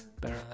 better